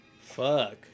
Fuck